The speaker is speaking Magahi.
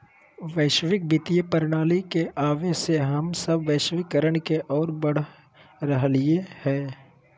वैश्विक वित्तीय प्रणाली के आवे से हम सब वैश्वीकरण के ओर बढ़ रहलियै हें